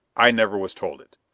i never was told it.